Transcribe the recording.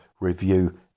Review